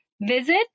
Visit